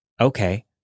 okay